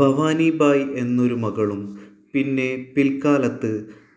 ഭവാനി ബായ് എന്നൊരു മകളും പിന്നെ പിൽക്കാലത്ത്